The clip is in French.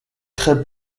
très